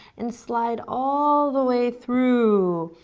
and slide all the way through,